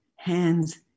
hands